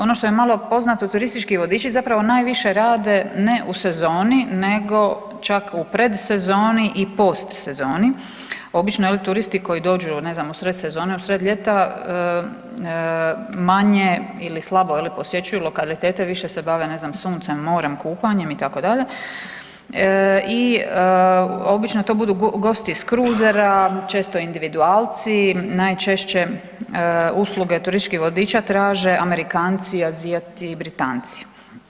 Ono što je malo poznato turistički vodiči zapravo najviše rade ne u sezoni nego čak u predsezoni i postsezoni, obično turisti koji dođu ne znam u sred sezone, u sred ljeta manje ili slabo posjećuju lokalitete, više se bave ne znam suncem, morem, kupanjem itd. i obično to budu gosti s kruzera, često individualci, najčešće usluge turističkih vodiča traže Amerikanci, Azijati, Britanci.